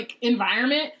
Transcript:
environment